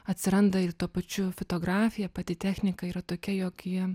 atsiranda ir tuo pačiu fitografija pati technika yra tokia jog ji